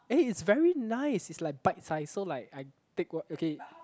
eh it's very nice it's like bite size so like I take what okay